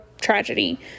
tragedy